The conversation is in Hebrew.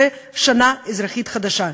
זה שנה אזרחית חדשה,